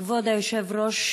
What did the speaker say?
כבוד היושב-ראש,